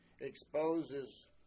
Exposes